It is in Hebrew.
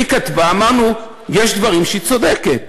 היא כתבה, ואמרנו: יש דברים שהיא צודקת.